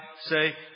say